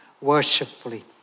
worshipfully